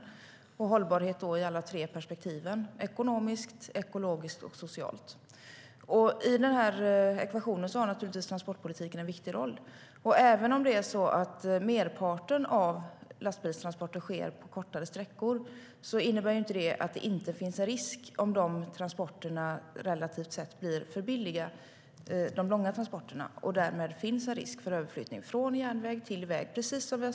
Det handlar då om hållbarhet ur alla tre perspektiv: ekonomiskt, ekologiskt och socialt.I denna ekvation har naturligtvis transportpolitiken en viktig roll. Även om merparten av lastbilstransporterna sker på kortare sträckor innebär inte det att det inte finns en risk för överflyttning från järnväg till väg om de långa transporterna relativt sett blir för billiga.